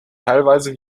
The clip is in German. teilweise